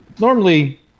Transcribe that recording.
normally